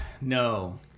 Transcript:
No